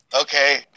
okay